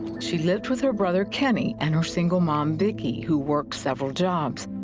she lived with her brother, kenny, and her single mom, vicki, who worked several jobs.